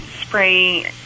spray